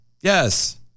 Yes